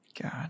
God